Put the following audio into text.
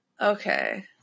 Okay